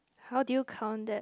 how do you count that